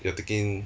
you are taking